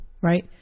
Right